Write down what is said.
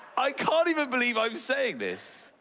i can't even believe i'm saying this,